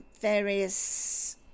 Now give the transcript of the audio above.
various